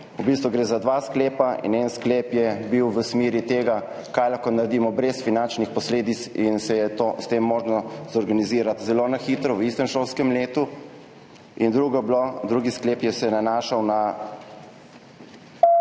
V bistvu gre za dva sklepa. En sklep je bil v smeri tega, kaj lahko naredimo brez finančnih posledic in se je s tem možno zorganizirati zelo na hitro v istem šolskem letu. Drugi sklep se je nanašal na